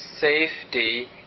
safety